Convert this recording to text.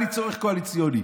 היה לי צורך קואליציוני.